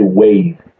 wave